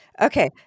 Okay